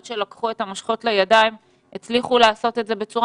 שלקחו את המושכות לידיים הצליחו לעשות את זה בצורה